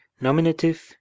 Nominative